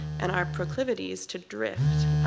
and our proclivities to drift,